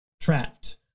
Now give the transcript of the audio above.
trapped